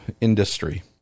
industry